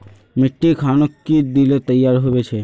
मिट्टी खानोक की दिले तैयार होबे छै?